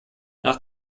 nach